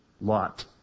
Lot